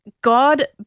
God